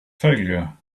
failure